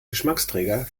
geschmacksträger